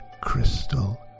crystal